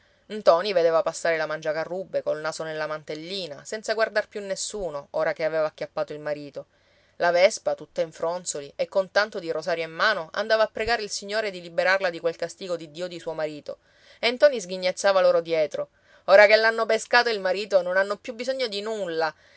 peccati ntoni vedeva passare la mangiacarrubbe col naso nella mantellina senza guardar più nessuno ora che aveva acchiappato il marito la vespa tutta in fronzoli e con tanto di rosario in mano andava a pregare il signore di liberarla di quel castigo di dio di suo marito e ntoni sghignazzava loro dietro ora che l'hanno pescato il marito non hanno più bisogno di nulla